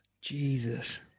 Jesus